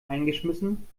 eingeschmissen